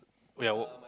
oh ya what